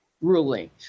ruling